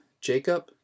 Jacob